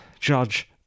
judge